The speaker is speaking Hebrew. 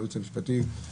הייעוץ המשפטי,